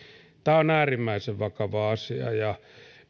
tämä on äärimmäisen vakava asia ja